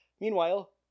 Meanwhile